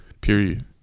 Period